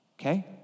okay